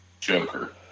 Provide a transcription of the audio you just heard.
Joker